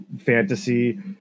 fantasy